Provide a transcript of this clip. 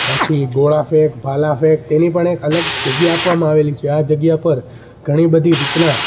પછી ગોળાફેંક ભાલાફેંક તેની પણ એક અલગ જગ્યા આપવામાં આવેલી છે આ જગ્યા પર ઘણી બધી રીતના